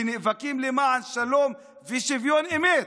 שנאבקים למען שלום ושוויון אמת,